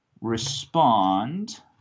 respond